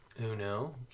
Uno